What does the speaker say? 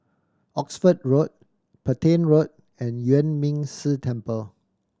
Oxford Road Petain Road and Yuan Ming Si Temple